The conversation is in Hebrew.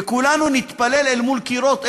וכולנו נתפלל אל מול קירות,